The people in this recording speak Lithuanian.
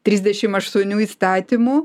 trisdešim aštuonių įstatymų